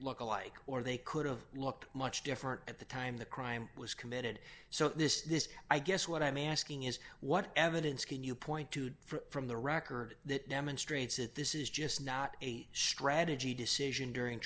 look alike or they could have looked much different at the time the crime was committed so this is i guess what i'm asking is what evidence can you point to from the record that demonstrates that this is just not a strategy decision during